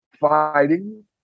fighting